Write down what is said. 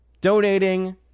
donating